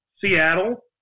Seattle